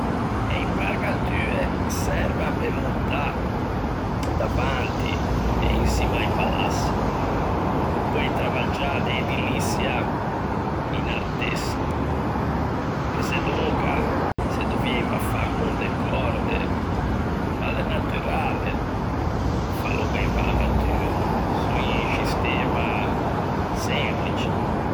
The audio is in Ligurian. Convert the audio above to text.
E imparcatue servan pe montâ davanti e in çimma a-i palaçi, pe poei travaggiâ de ediliçia in artessa, che sedonca se dovieiva fâ con de còrde, ma l'é naturale fâlo co-e imparcatue, son un scitema semplice.